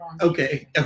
Okay